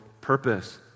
purpose